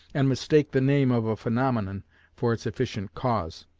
and mistake the name of a phaenomenon for its efficient cause.